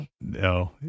No